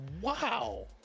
Wow